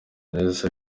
neza